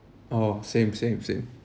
orh same same same